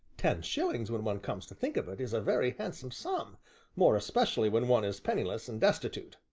ten shillings, when one comes to think of it, is a very handsome sum more especially when one is penniless and destitute!